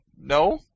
no